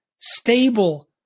stable